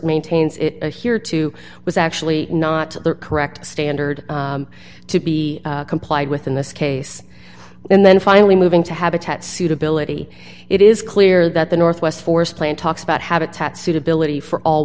maintains it here to was actually not correct standard to be complied with in this case and then finally moving to habitat suitability it is clear that the northwest forest plan talks about habitat suitability for all